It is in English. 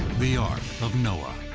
the ark of noah.